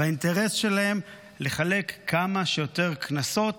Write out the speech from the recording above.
והאינטרס שלהם הוא לחלק כמה שיותר קנסות,